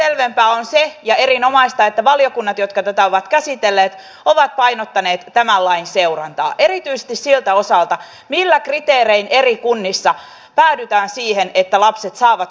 ja vielä selvempää ja erinomaista on se että valiokunnat jotka tätä ovat käsitelleet ovat painottaneet tämän lain seurantaa erityisesti siltä osalta millä kriteerein eri kunnissa päädytään siihen että lapset saavat kokopäiväisen hoidon